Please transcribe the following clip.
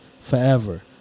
forever